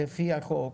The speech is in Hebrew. לפי החוק,